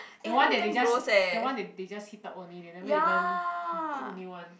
the one they they just the one they they just heat up only they never even cook new one